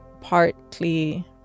partly